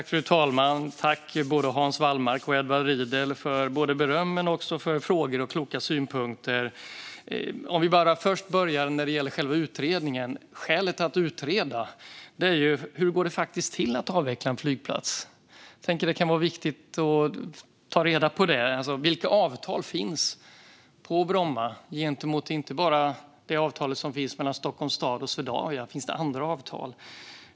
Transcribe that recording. Fru talman! Tack, både Hans Wallmark och Edward Riedl, för beröm men också frågor och kloka synpunkter! För att börja med själva utredningen: Skälet till att utreda är att ta reda på hur det faktiskt går till att avveckla en flygplats. Jag tänker att det kan vara viktigt att ta reda på. Vilka avtal finns på Bromma utöver det avtal som finns mellan Stockholms stad och Swedavia? Finns det andra avtal?